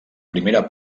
primera